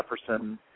Jefferson